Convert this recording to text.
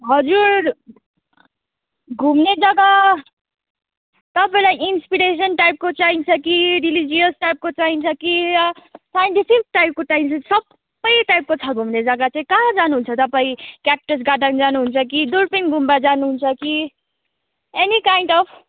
हजुर घुम्ने जग्गा तपाईँलाई इन्सपिरेसन टाइपको चाहिन्छ कि रिलिजियस टाइपको चाहिन्छ कि साइन्टिफिक टाइपको चाहिन्छ सबै टाइपको छ घुम्ने जग्गा चाहिँ कहाँ जानुहुन्छ तपाईँ क्याक्टस गार्डन जानुहुन्छ कि दुर्पिन गुम्बा जानुहुन्छ कि एनी काइन्ड अफ्